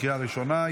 לקריאה ראשונה.